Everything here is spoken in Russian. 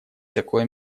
такое